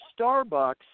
Starbucks